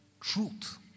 Truth